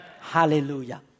Hallelujah